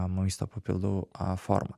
maisto papildų forma